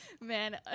Man